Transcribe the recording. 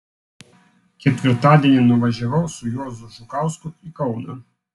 ketvirtadienį nuvažiavau su juozu žukausku į kauną